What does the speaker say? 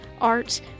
art